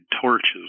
torches